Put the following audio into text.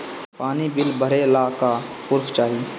पानी बिल भरे ला का पुर्फ चाई?